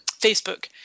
Facebook